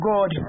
God